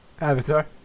Avatar